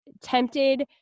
tempted